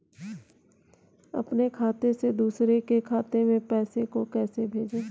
अपने खाते से दूसरे के खाते में पैसे को कैसे भेजे?